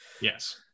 Yes